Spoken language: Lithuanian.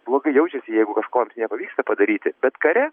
blogai jaučiasi jeigu kažko jiems nepavyksta padaryti bet kare